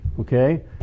okay